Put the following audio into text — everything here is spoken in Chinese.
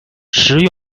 食用